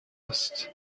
است